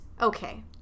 okay